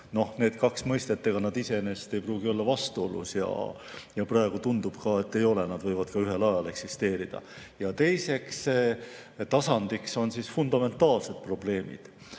need kaks mõistet iseenesest ei pruugi olla vastuolus ja praegu tundub, et ei ole, nad võivad ka ühel ajal eksisteerida. Teiseks tasandiks on fundamentaalsed probleemid. Veel